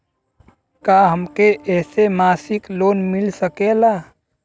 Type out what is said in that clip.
का हमके ऐसे मासिक लोन मिल सकेला?